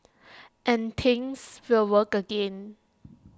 and things will work again